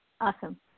Awesome